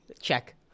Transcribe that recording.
check